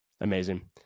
Amazing